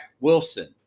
Wilson